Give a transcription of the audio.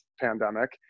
pandemic